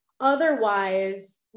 Otherwise